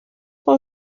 con